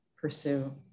pursue